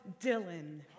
Dylan